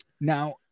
now